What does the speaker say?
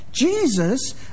Jesus